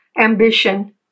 ambition